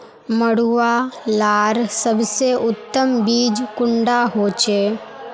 मरुआ लार सबसे उत्तम बीज कुंडा होचए?